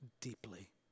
deeply